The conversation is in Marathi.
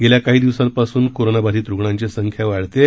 गेल्या काही दिवसांपासून कोरोना बाधित रूग्णांची संख्या वाढत आहे